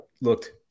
looked